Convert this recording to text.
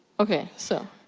ok, so,